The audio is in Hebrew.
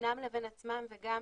בינם לבין עצמם וגם